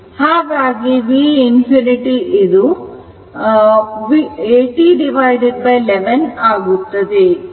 ಹಾಗಾಗಿ v ∞8011 ಆಗುತ್ತದೆ